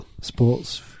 Sports